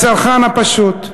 הצרכן הפשוט.